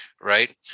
Right